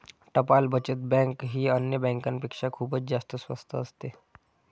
टपाल बचत बँक ही अन्य बँकांपेक्षा खूपच जास्त स्वस्त असते